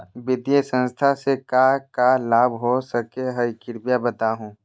वित्तीय संस्था से का का लाभ हो सके हई कृपया बताहू?